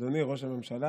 אדוני ראש הממשלה,